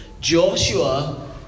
Joshua